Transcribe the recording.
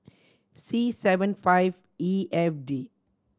C seven five E F D